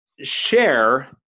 share